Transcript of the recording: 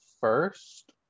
first